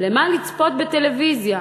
למה לצפות בטלוויזיה?